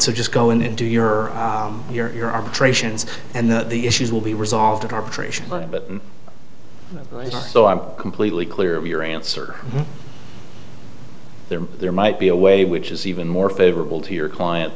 so just go in and do your your your arbitrations and the issues will be resolved arbitration and so i'm completely clear of your answer there there might be a way which is even more favorable to your client